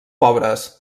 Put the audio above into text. pobres